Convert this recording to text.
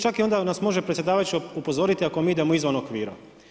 Čak i onda nas može predsjedavajući upozoriti ako mi idemo izvan okvira.